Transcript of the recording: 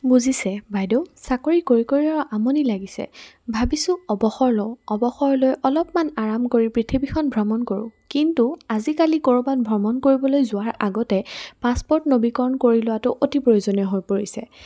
বুজিছে বাইদেউ চাকৰি কৰি কৰিও আমনি লাগিছে ভাবিছোঁ অৱসৰ লওঁ অৱসৰলৈ অলপমান আৰাম কৰি পৃথিৱীখন ভ্ৰমণ কৰোঁ কিন্তু আজিকালি ক'ৰবাত ভ্ৰমণ কৰিবলৈ যোৱাৰ আগতে পাছপৰ্ট নবীকৰণ কৰি লোৱাটো অতি প্ৰয়োজনীয় হৈ পৰিছে